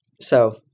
So-